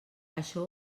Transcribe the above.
això